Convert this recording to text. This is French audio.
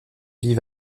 vivent